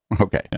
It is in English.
Okay